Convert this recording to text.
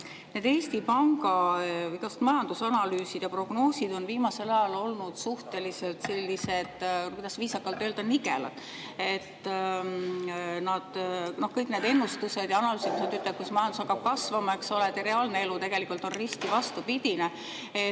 need Eesti Panga majandusanalüüsid ja prognoosid on viimasel ajal olnud suhteliselt sellised – kuidas viisakalt öelda? – nigelad. Kõik need ennustused ja analüüsid, kus nad on öelnud, et majandus hakkab kasvama, eks ole – reaalne elu on olnud risti vastupidine.